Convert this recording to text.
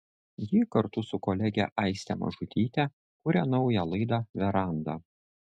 ji kartu su kolege aiste mažutyte kuria naują laidą veranda